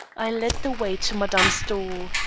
i led the way to madame's door.